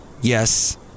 Yes